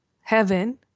heaven